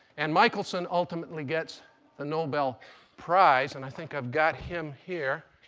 and michelson ultimately gets the nobel price. and i think i've got him here.